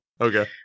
Okay